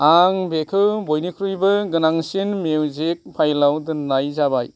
आं बेखौ बयनिख्रुइबो गोनांसिन मिउजिक फाइलयाव दोननाय जाबाय